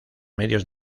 medios